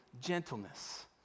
gentleness